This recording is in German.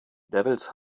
devils